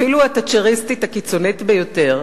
אפילו התאצ'ריסטית הקיצונית ביותר,